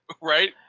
Right